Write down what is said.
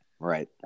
Right